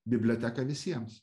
biblioteka visiems